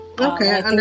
okay